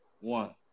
One